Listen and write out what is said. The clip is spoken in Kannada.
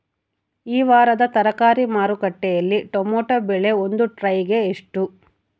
ಈ ವಾರದ ತರಕಾರಿ ಮಾರುಕಟ್ಟೆಯಲ್ಲಿ ಟೊಮೆಟೊ ಬೆಲೆ ಒಂದು ಟ್ರೈ ಗೆ ಎಷ್ಟು?